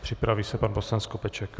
Připraví se pan poslanec Skopeček.